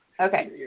Okay